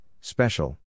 special